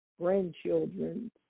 grandchildren